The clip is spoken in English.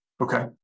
Okay